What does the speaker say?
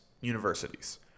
universities